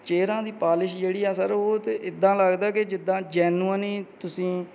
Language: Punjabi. ਚੇਅਰਾਂ ਦੀ ਪਾਲਿਸ਼ ਜਿਹੜੀ ਆ ਸਰ ਉਹ ਤਾਂ ਇਦਾਂ ਲੱਗਦਾ ਕਿ ਜਿੱਦਾਂ ਜੈਨੂਅਨ ਹੀ ਤੁਸੀਂ